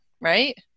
right